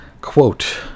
Quote